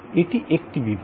এটি একটি বিভাগ